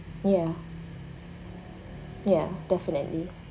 ya ya definitely